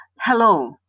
Hello